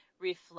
reflect